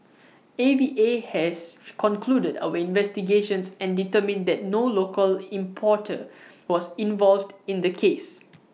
A V A has concluded our investigations and determined that no local importer was involved in the case